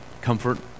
comfort